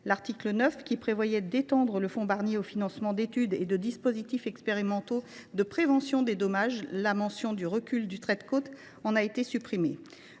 l’article 9, qui étend le fonds Barnier au financement d’études et de dispositifs expérimentaux de prévention des dommages, la mention du recul du trait de côte a été supprimée.